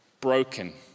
broken